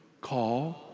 Call